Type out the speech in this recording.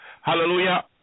hallelujah